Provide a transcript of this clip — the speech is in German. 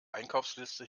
einkaufsliste